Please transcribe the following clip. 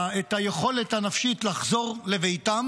היכולת הנפשית, לחזור לביתם